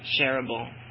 shareable